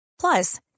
Plus